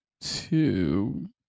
Two